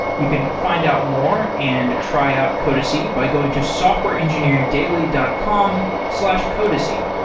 you can find out more and try out codacy by going to softwareengineeringdaily dot com slash codacy.